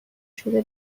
شده